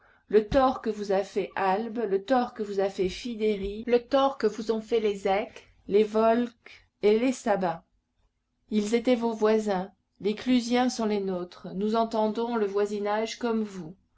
le tort que vous a fait albe le tort que vous a fait fidèrie le tort que vous ont fait les éques les volsques et les sabins ils étaient vos voisins les clusiens sont les nôtres nous entendons le voisinage comme vous